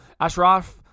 Ashraf